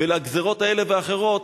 וגזירות כאלה ואחרות,